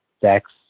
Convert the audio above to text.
sex